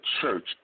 church